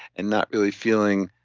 and not really feeling